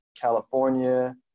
California